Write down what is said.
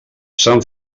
sant